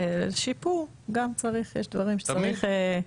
ויש גם דברים שצריך לשפר.